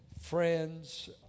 friends